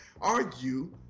argue